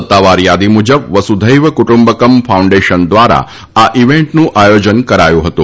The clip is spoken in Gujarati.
સત્તાવાર યાદી મુજબ વસુધૈવ કુટુંબકમ ફાઉન્ડેશન દ્વારા આ ઈવેન્ટનું આયોજન કરાયું હતું